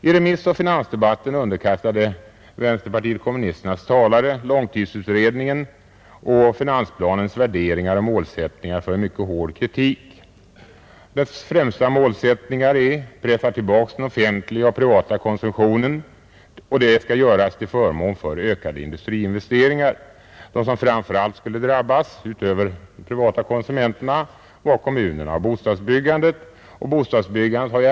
I remissoch finansdebatten underkastade vänsterpartiet kommunisternas talare långtidsutredningen och finansplanens värderingar och målsättningar mycket hård kritik. Dess främsta målsättningar är att pressa tillbaka den offentliga och privata konsumtionen till förmån för ökade industriinvesteringar. Utöver de privata konsumenterna skulle framför allt kommunerna och bostadsbyggandet drabbas.